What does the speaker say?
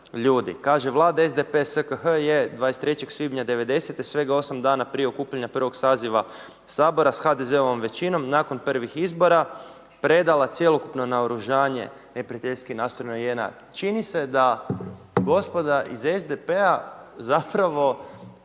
Kaže: „Vlada SDP-e SKH je 23. svibnja 90. svega 8 dana prije okupljanja 1. saziva Sabora sa HDZ-ovom većinom nakon prvih izbora predala cjelokupno naoružanje neprijateljski nastrojenoj JNA.“ Čini se da gospoda iz SDP-a zapravo